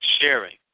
sharing